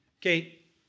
Kate